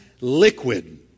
liquid